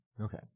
okay